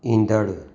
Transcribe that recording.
ईंदड़ु